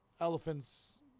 elephants